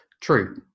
True